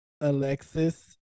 Alexis